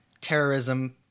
terrorism